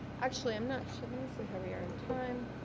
actually i'm not sure, let me see how we are on time.